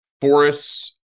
forests